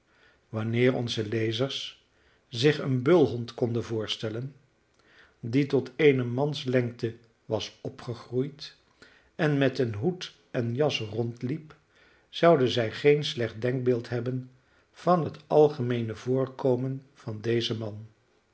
wanneer onze lezers zich een bulhond konden voorstellen die tot eene manslengte was opgegroeid en met een hoed en jas rondliep zouden zij geen slecht denkbeeld hebben van het algemeene voorkomen van dezen man